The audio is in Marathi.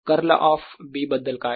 कर्ल ऑफ B बद्दल काय